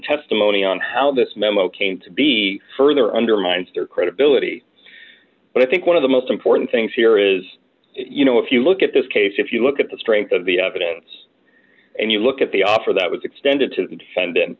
testimony on how this memo came to be further undermines their credibility but i think one of the most important things here is you know if you look at this case if you look at the strength of the evidence and you look at the offer that was extended to the defendant